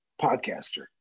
podcaster